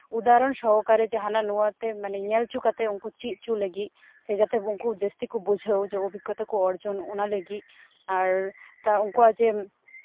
ᱩᱫᱟᱦᱚᱨᱚᱱ ᱥᱚᱦᱚᱠᱟᱨᱮ ᱡᱮ ᱦᱟᱱᱟ ᱱᱚᱣᱟ ᱛᱮ ᱢᱟᱱᱮ ᱧᱮᱞ ᱦᱚᱪᱚ ᱠᱟᱛᱮ ᱩᱱᱠᱩ ᱪᱮᱫ ᱦᱚᱪᱚ ᱠᱟᱛᱮ ᱩᱱᱠᱩ ᱪᱮᱫ ᱦᱚᱪᱚ ᱞᱟᱹᱜᱤᱫ ᱥᱮ ᱡᱟᱛᱮ ᱩᱱᱠᱩ ᱡᱟᱹᱥᱛᱤ ᱠᱚ ᱵᱩᱡᱷᱟᱹᱣ ᱡᱮ ᱚᱵᱷᱤᱜᱚᱛᱟ ᱠᱚ ᱚᱨᱡᱚᱱ ᱚᱱᱟ ᱞᱟᱹᱜᱤᱫ ᱟᱨ ᱩᱱᱠᱩᱣᱟᱜ ᱡᱮ